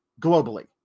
globally